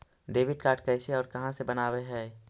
Debit card कैसे और कहां से बनाबे है?